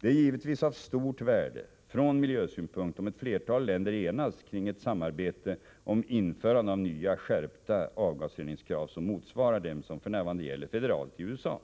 Det är givetvis av stort värde från miljösynpunkt om ett flertal länder enas kring ett samarbete om införande av nya, skärpta avgasreningskrav, som motsvarar dem som f. n. gäller federalt i USA.